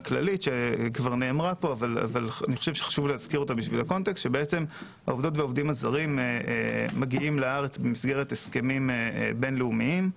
פה שוב שהעובדות והעובדים הזרים מגיעים לארץ במסגרת הסכמים בין לאומיים.